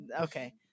okay